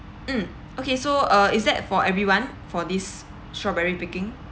mm okay so uh is that for everyone for this strawberry picking